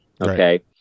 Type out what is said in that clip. okay